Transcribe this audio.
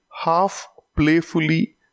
half-playfully